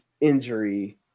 injury